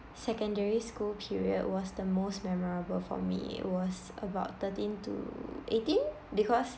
secondary school period was the most memorable for me it was about thirteen to eighteen because